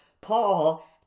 Paul